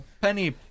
penny